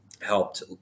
helped